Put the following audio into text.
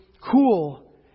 cool